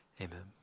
amen